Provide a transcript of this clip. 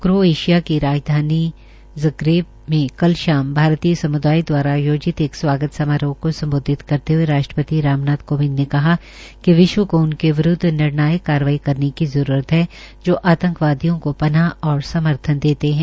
Croatia की राजधानी में कल शाम आयोजित भारतीय सम्दाय दवारा एक स्वागत समारोह को सम्बोधित करते हये राष्ट्रपति राम नाथ कोविंद ने कहा कि विश्व को उनके विरूदव निर्णायक कार्रवाई करने की जरूरत है जो आतंकवादियो को पनाह और समर्थन देते है